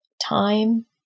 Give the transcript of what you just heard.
time